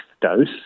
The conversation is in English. dose